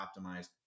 optimized